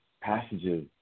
passages